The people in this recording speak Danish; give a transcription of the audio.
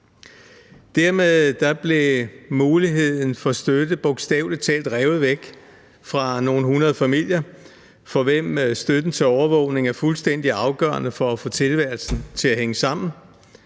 Dermed blev muligheden for støtte bogstavelig talt revet væk fra nogle hundrede familier, for hvem støtten til overvågning er fuldstændig afgørende for at få tilværelsen til at hænge sammen